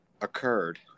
occurred